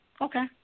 Okay